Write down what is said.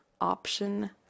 option